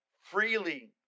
Freely